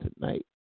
tonight